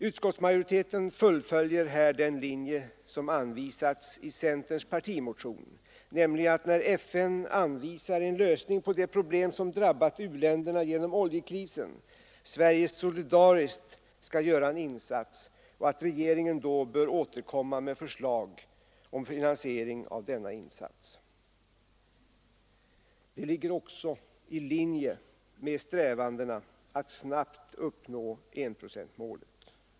Utskottsmajoriteten fullföljer här den linje som anvisats i centerns partimotion, nämligen att när FN anvisar en lösning på de problem som drabbat u-länderna genom oljekrisen Sverige solidariskt skall göra en insats och att regeringen då bör återkomma med förslag om finansiering av denna insats. Detta ligger också i linje med strävandena att snabbt uppnå enprocentsmålet.